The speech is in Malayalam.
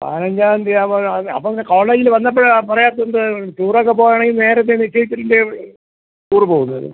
പതിനഞ്ചാം തീയതി ആവുമ്പോൾ അപ്പം പിന്നെ കോളേജിൽ വന്നപ്പോൾ പറയാത്തത് എന്ത് ടൂർ ഓക്കെ പോവണമെങ്കിൽ നേരത്തെ നിശ്ചയിച്ചിട്ടല്ലേ ടൂർ പോവുന്നത്